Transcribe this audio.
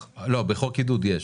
בחוק עידוד יש.